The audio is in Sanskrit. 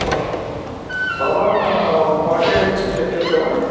भवान् भवान् पाठयितुं शक्यते वा